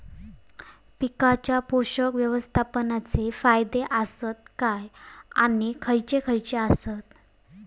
पीकांच्या पोषक व्यवस्थापन चे फायदे आसत काय आणि खैयचे खैयचे आसत?